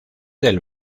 del